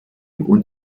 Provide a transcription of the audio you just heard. und